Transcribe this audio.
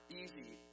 easy